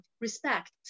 respect